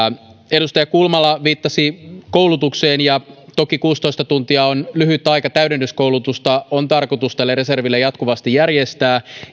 edustaja kulmala viittasi koulutukseen ja toki kuusitoista tuntia on lyhyt aika täydennyskoulutusta on tarkoitus tälle reserville jatkuvasti järjestää